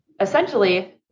essentially